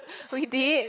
we did